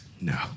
No